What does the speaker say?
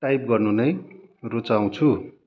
type गर्नु नै रुचाउँछु